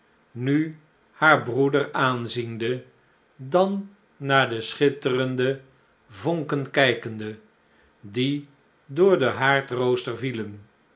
nu haar broeder aanziende dan naar de schitterende vonken kijkende die door den haardrooster vielen